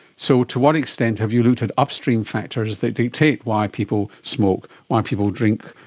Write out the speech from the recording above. so to what extent have you looked at upstream factors that dictate why people smoke, why people drink,